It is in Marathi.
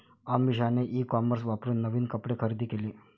अमिषाने ई कॉमर्स वापरून नवीन कपडे खरेदी केले